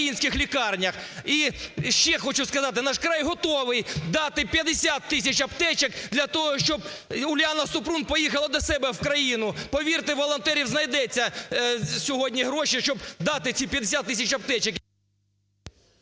І ще хочу сказати, "Наш край" готовий дати 50 тисяч аптечок для того, щоб Уляна Супрун поїхала до себе в країну. Повірте, у волонтерів знайдуться сьогодні гроші, щоб дати ці 50 тисяч аптечок.